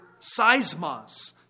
seismos